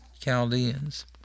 Chaldeans